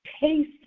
Taste